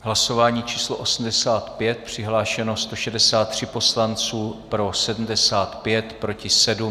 Hlasování číslo 85, přihlášeno 163 poslanců, pro 75, proti 7.